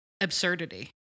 absurdity